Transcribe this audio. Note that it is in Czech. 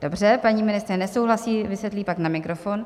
Dobře, paní ministryně nesouhlasí, vysvětlí pak na mikrofon.